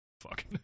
fuck